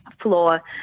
floor